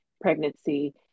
pregnancy